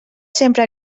sempre